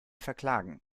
verklagen